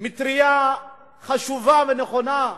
מטרייה חשובה ונכונה,